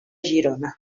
girona